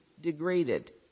degraded